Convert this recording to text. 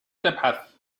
تبحث